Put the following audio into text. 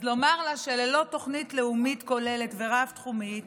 אז לומר לה שללא תוכנית לאומית כוללת ורב-תחומית